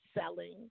selling